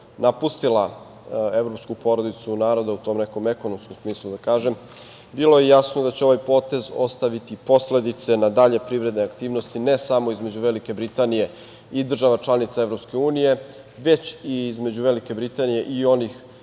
napustila evropsku porodicu naroda u tom nekom ekonomskom smislu, da kažem, bilo je jasno da će ovaj potez ostaviti posledice na dalje privredne aktivnosti ne samo između Velike Britanije i država članica Evropske unije, već i između Velike Britanije i onih